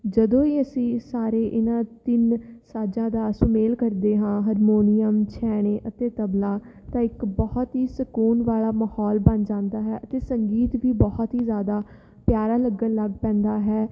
ਜਦੋਂ ਹੀ ਅਸੀਂ ਸਾਰੇ ਇਹਨਾਂ ਤਿੰਨ ਸਾਜ਼ਾਂ ਦਾ ਸੁਮੇਲ ਕਰਦੇ ਹਾਂ ਹਰਮੋਨੀਅਮ ਛੈਣੇ ਅਤੇ ਤਬਲਾ ਤਾਂ ਇੱਕ ਬਹੁਤ ਹੀ ਸਕੂਨ ਵਾਲਾ ਮਾਹੌਲ ਬਣ ਜਾਂਦਾ ਹੈ ਅਤੇ ਸੰਗੀਤ ਵੀ ਬਹੁਤ ਹੀ ਜ਼ਿਆਦਾ ਪਿਆਰਾ ਲੱਗਣ ਲੱਗ ਪੈਂਦਾ ਹੈ